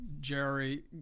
Jerry